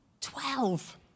Twelve